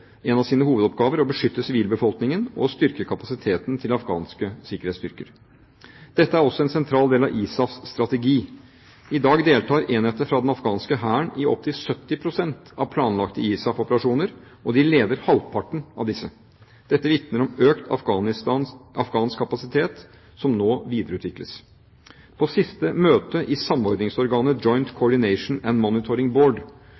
av sine hovedoppgaver å beskytte sivilbefolkningen og å styrke kapasiteten til afghanske sikkerhetsstyrker. Dette er også en sentral del av ISAFs strategi. I dag deltar enheter fra den afghanske hæren i opp til 70 pst. av planlagte ISAF-operasjoner, og de leder halvparten av disse. Dette vitner om økt afghansk kapasitet som nå videreutvikles. På siste møte i samordningsorganet